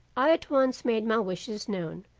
i at once made my wishes known,